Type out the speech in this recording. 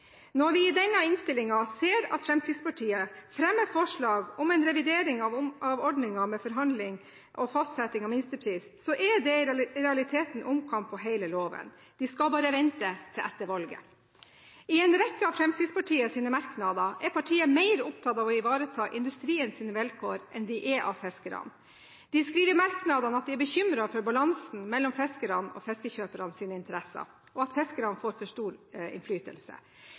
Når vi i denne innstillingen ser at Fremskrittspartiet fremmer forslag om en revidering av ordningen med forhandling og fastsetting av minstepris, er det i realiteten omkamp om hele loven. De skal bare vente til etter valget. I en rekke av Fremskrittspartiets merknader er partiet mer opptatt av å ivareta industriens vilkår enn de er opptatt av fiskerne. De skriver i merknadene at de er bekymret for balansen mellom fiskerne og fiskekjøpernes interesser, og at fiskerne får for stor innflytelse.